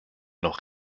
noch